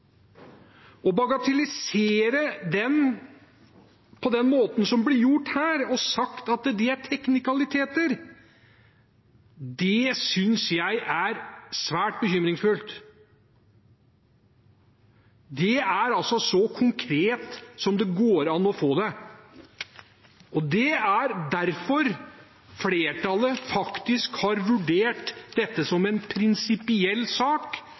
på den måten som det blir gjort her, og sier at det er teknikaliteter, synes jeg er svært bekymringsfullt. Det er så konkret som det går an å få det, og det er derfor flertallet faktisk har vurdert dette som en prinsipiell sak